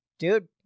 Dude